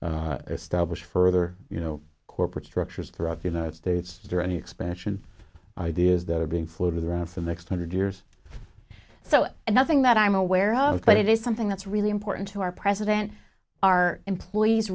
to establish further you know corporate structures throughout the united states is there any expansion ideas that are being floated around for the next hundred years or so and nothing that i'm aware of but it is something that's really important to our president our employees